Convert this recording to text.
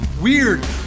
weird